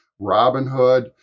Robinhood